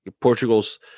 Portugal's